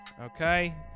Okay